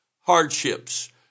hardships